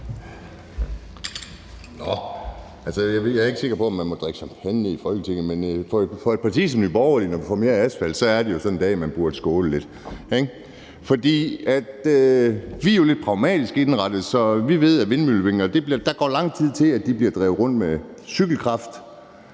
Jeg er ikke sikker på, at man må drikke champagne i Folketinget, men for et parti som Nye Borgerlige er sådan en dag, hvor vi får mere asfalt, en dag, hvor man burde skåle lidt, ikke? For vi er jo lidt pragmatisk indrettet, så vi ved, at der går lang tid, før vindmøllevinger bliver drevet rundt ved cykelkraft.